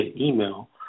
email